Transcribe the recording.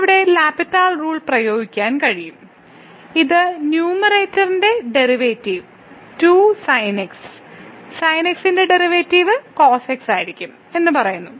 നമുക്ക് ഇവിടെ L'Hospital rule പ്രയോഗിക്കാൻ കഴിയും ഇത് ന്യൂമറേറ്ററിന്റെ derivative 2sin x sin x ന്റെ ഡെറിവേറ്റീവു cos x ആയിരിക്കും എന്ന് പറയുന്നു